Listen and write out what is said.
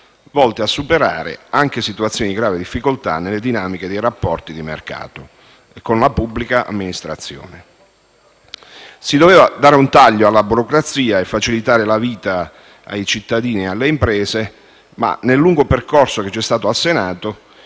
volte a superare situazioni di grave difficoltà nelle dinamiche dei rapporti di mercato con la pubblica amministrazione. Si doveva dare un taglio alla burocrazia e facilitare la vita ai cittadini e alle imprese, ma nel lungo percorso al Senato il decreto,